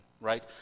right